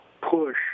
push